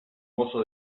mosso